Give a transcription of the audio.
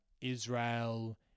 Israel